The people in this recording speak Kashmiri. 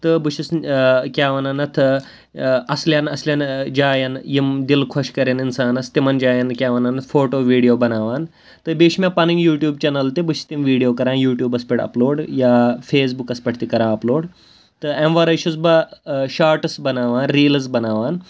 تہٕ بہٕ چھُس کیٛاہ وَنان اَتھ اَصلن اَصلن جایَن یِم دِل خۄش کَرن اِنسانَس تِمَن جایَن کیٛاہ وَنان اَتھ فوٹو ویٖڈیو بَناوان تہٕ بیٚیہِ چھِ مےٚ پَنٕنۍ یوٗٹیوٗب چَنَل تہِ بہٕ چھُس تِم ویٖڈیو کَران یوٗٹیوٗبَس پٮ۪ٹھ اَپلوڈ یا فیس بُکَس پٮ۪ٹھ تہِ کَران اَپلوڈ تہٕ اَمہِ وَرٲے چھُس بہٕ شاٹٕس بَناوان ریٖلٕز بَناوان